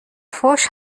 فحش